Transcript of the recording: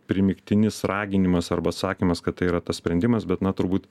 primygtinis raginimas arba sakymas kad tai yra tas sprendimas bet na turbūt